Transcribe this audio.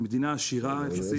היא מדינה עשירה יחסית,